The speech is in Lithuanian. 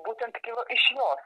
būtent kilo iš jos